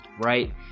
right